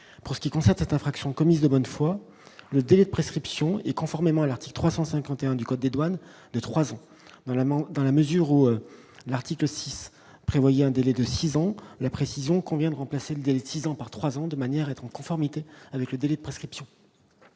pour ce qui concerne cette infraction commise de bonne foi, le délai de prescription et conformément à l'article 351 du code des douanes de 3 ans dans la main, dans la mesure où l'article 6 prévoyait un délai de 6 ans, les précisions combien de remplacer une décision par 3 ans de manière être en conformité avec le délai de prescription.